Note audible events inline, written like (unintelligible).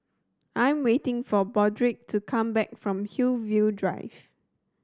I'm waiting for (unintelligible) to come back from Hillview Drive